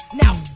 now